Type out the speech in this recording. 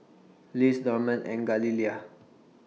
Liz Dorman and Galilea